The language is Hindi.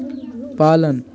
पालन